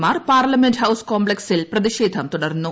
Mar parliament house കോംപ്ലക്സിൽ പ്രതിഷേധം തുടർന്നു